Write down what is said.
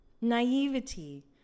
naivety